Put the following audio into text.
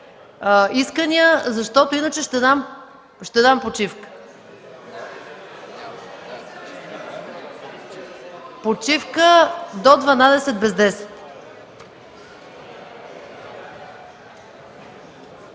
искания, защото иначе ще дам почивка? Почивка до 11,50 ч.